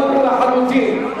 ברור לחלוטין.